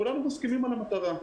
כולנו מסכימים על המטרה.